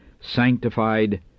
sanctified